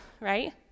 right